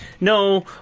No